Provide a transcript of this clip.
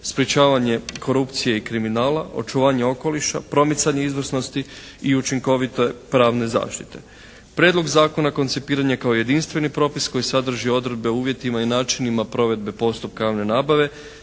sprječavanje korupcije i kriminala, očuvanje okoliša, promicanje izvrsnosti i učinkovite pravne zaštite. Prijedlog zakona koncipiran je kao jedinstveni propis koji sadrži odredbe o uvjetima i načinima provedbe postupka javne nabave